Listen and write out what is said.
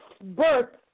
birth